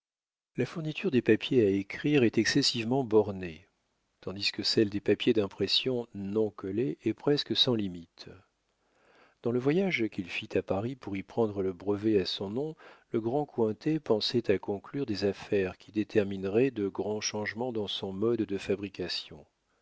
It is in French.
la fourniture des papiers à écrire est excessivement bornée tandis que celle des papiers d'impression non collés est presque sans limites dans le voyage qu'il fit à paris pour y prendre le brevet à son nom le grand cointet pensait à conclure des affaires qui détermineraient de grands changements dans son mode de fabrication